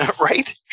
Right